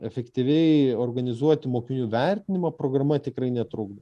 efektyviai organizuoti mokinių vertinimą programa tikrai netrukdo